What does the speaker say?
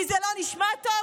כי זה לא נשמע טוב?